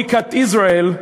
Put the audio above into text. boycott Israel,